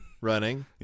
running